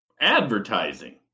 Advertising